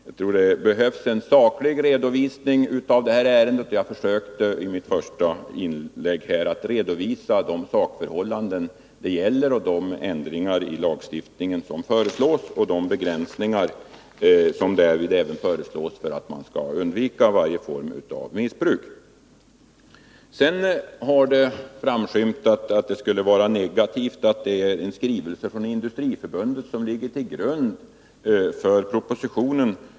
Jag tror att det behövs en saklig redovisning av det här ärendet, och jag försökte i mitt inlägg att redovisa de sakförhållanden som gäller och de ändringar i lagstiftningen som föreslås och de begränsningar som därvidlag föreslås för att man skall undvika varje form av missbruk. Sedan har det framskymtat att det skulle vara negativt att det är en skrivelse från Industriförbundet som ligger till grund för propositionen.